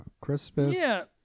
Christmas